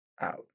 out